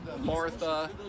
Martha